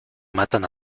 matan